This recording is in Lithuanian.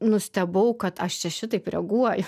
nustebau kad aš čia šitaip reaguoju